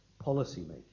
policy-making